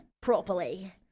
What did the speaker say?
properly